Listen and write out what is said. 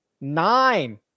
nine